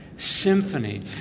Symphony